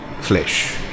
flesh